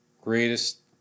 greatest